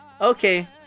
okay